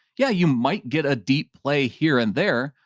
yeah. you might get a deep play here and there,